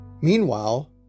Meanwhile